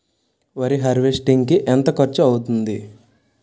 వరి హార్వెస్టింగ్ కి ఎంత ఖర్చు అవుతుంది?